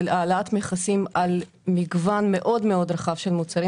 העלאת מכסים על מגוון רחב מאוד של מוצרים,